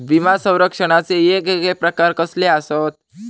विमा सौरक्षणाचे येगयेगळे प्रकार कसले आसत?